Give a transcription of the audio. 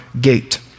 gate